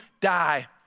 die